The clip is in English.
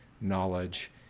knowledge